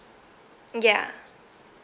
ya